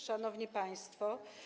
Szanowni Państwo!